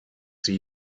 see